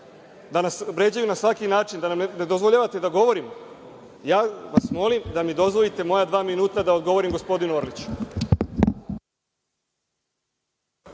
Da nas vređaju na svaki način? Da nam ne dozvoljavate da govorimo. Ja vas molim da mi dozvolite moja dva minuta da odgovorim gospodinu Orliću.